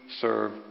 serve